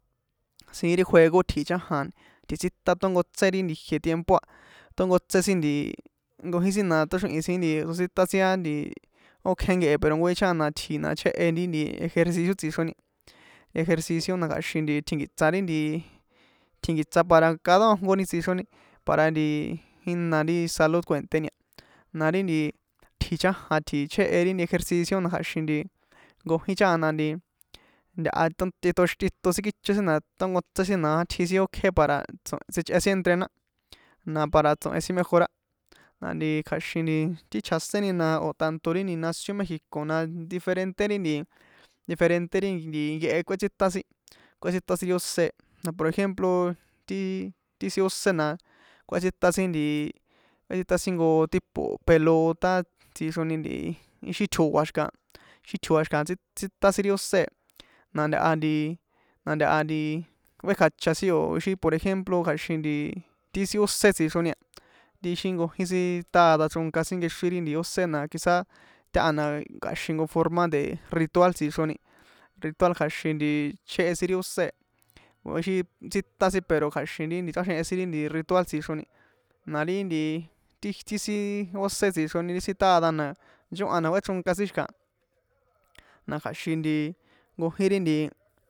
Siín ri juego tji̱ chajan tjiṭsítan tónkotse ti jie tiempo a tónkotsé sin nti nkojin sin na tóxrihi̱n sin nti tsotsítan sin á nti ókjé nkehe pero nkojin chajan itji̱ na chjéhe ejercicio tsixroni ejercicio na kja̱xin tjinkiṭsa ri nti tjinkiṭsa para cada nkojnko ni tsixroni para jína ri salud kuènténi na ti nti tji̱ chajan tji̱chéhe ri ejercicio na kja̱xin nkojin chajan na nti ntaha to tꞌiton kícho sin na tónkotsé sin na átji ókjé para tso̱ sichꞌe sin entrenar na para tso̱hen sin mejora na nti kja̱xin nti ti chjaséni na o̱ tanto ri nación méxico na diferente ri nti diferente ri nti nkehe kꞌuétsita sin kꞌuétsitan sin ri ósé na por ejemplo ti ti sin ósé na kꞌuétsintan nti kꞌuétsitan jnko tipo pelota tsixroni nti ixi tjo̱a̱ xi̱kaha xi tjo̱a̱ xi̱kaha tsítan sin ri ósé na ntaha nti na ntaha nti kꞌuékjacha o̱ xi por ejemplo kja̱xin nti ti sin ósé tsixroni a ti ixi nkojín sin tádá chronka sin nkexrin ri ósé quizá taha na kja̱xin jnko forma de ritual tsixroni ritual kja̱xin chjéhe sin ri ósé e ixi tsítan sin pero kja̱xin ri chrꞌáxenhen sin ri ritual tsixroni na ri nti ti ij ti sin ósé tsixroni ti sin tádá na nchóhan kꞌuéchronka sin xi̱kaha na kja̱xin nti nkojin ri nti.